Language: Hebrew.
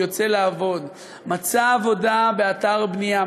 יוצא לעבוד ומצא עבודה באתר בנייה,